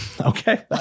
Okay